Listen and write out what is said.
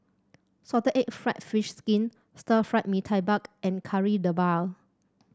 Salted Egg fried fish skin Stir Fried Mee Tai Mak and Kari Debal